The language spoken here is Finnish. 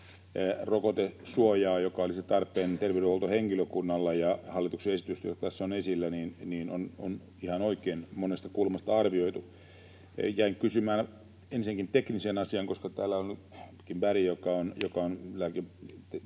rokotesuojaa, joka olisi tarpeen terveydenhuoltohenkilökunnalla, ja hallituksen esitystä, joka tässä on esillä, on ihan oikein monesta kulmasta arvioitu. Ensinnäkin tekniseen asiaan: Täällä Berg, joka on